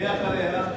מי אחריה?